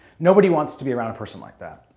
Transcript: nobody wants to be around a person like that.